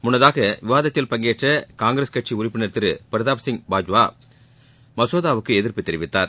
முன்னதாக விவாதத்தில் பங்கேற்ற காங்கிரஸ் கட்சி உறுப்பினர் திரு பிரதாப் சிங் பாஜ்வா மசோதாவுக்கு எதிர்ப்பு தெரிவித்தார்